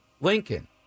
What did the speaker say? Lincoln